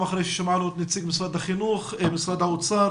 שמענו את משרד החינוך ואת משרד האוצר,